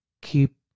Keep